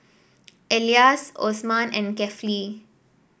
Elyas Osman and Kefli